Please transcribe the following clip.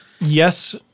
Yes